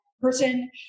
person